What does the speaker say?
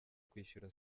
kwishyura